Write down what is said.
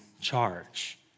charge